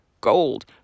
gold